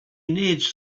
needs